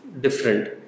different